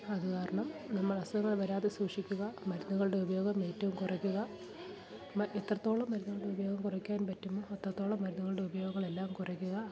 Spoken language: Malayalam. അത് കാരണം നമ്മൾ അസുഖങ്ങൾ വരാതെ സൂക്ഷിക്കുക മരുന്നുകളുടെ ഉപയോഗം ഏറ്റവും കുറയ്ക്കുക എത്രത്തോളം മരുന്നുകളുടെ ഉപയോഗം കുറയ്ക്കുവാൻ പറ്റുമോ അത്രത്തോളം മരുന്നുകളുടെ ഉപയോഗങ്ങളെല്ലാം കുറയ്ക്കുക